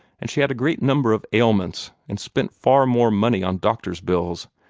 and she had a greater number of ailments, and spent far more money on doctor's bills,